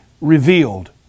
revealed